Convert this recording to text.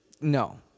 no